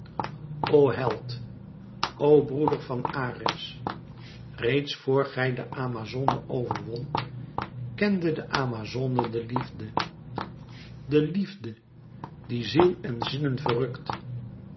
o held o broeder van ares reeds voor gij de amazone overwont kende de amazone de liefde de liefde die ziel en zinnen verrukt